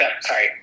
Sorry